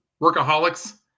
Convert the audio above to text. workaholics